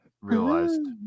realized